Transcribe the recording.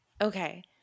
Okay